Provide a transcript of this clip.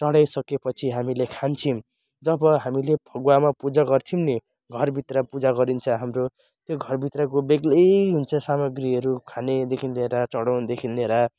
चढाइसकेपछि हामी खान्छौँ जब हामीले फगुवामा पूजा गर्छौँ नि घरभित्र पूजा गरिन्छ हाम्रो त्यो घरभित्रको बेग्लै हुन्छ सामाग्रीहरू खानेदेखि लिएर चढाउनेदेखि लिएर